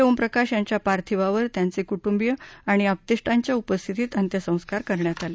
ओम प्रकाश यांच्या पार्थिवावर त्यांचे कुटुंबीय आणि आप्तेष्टांच्या उपस्थितीत अंत्यसंस्कार करण्यात आले